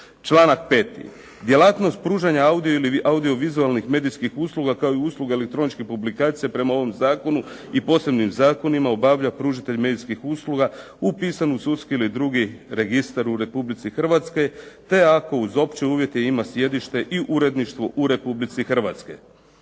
Članak 5. "Djelatnost pružanja audiovizualnih medijskih usluga kao i usluga elektroničke publikacije prema ovom zakonu i prema posebnim zakonima, obavlja pružatelj medijskih usluga u pisani sudski ili drugi registar Republike Hrvatske, te ako uz opće uvjete ima sjedište i uredništvo u Republici Hrvatskoj".